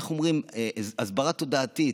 איך אומרים, הסברה תודעתית,